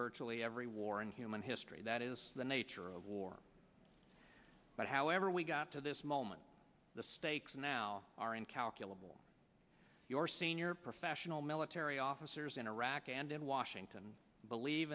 virtually every war in human history that is the nature of war but however we got to this moment the stakes now are incalculable your senior professional military officers in iraq and in washington believe